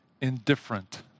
indifferent